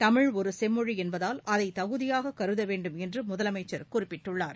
தமிழ் ஒரு செம்மொழி என்பதால் அதை தகுதியாக கருதவேண்டும் என்று முதலமைச்சர் குறிப்பிட்டுள்ளார்